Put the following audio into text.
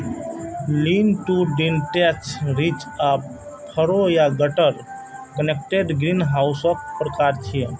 lean to detached, ridge आ furrow या gutter connected ग्रीनहाउसक प्रकार छियै